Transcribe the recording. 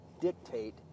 dictate